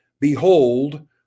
Behold